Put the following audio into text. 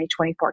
2024